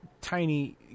tiny